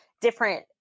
different